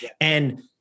And-